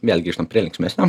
vėl grįžtam prie linksmesnio